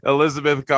Elizabeth